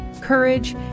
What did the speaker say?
courage